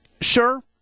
Sure